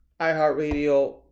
iHeartRadio